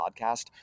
podcast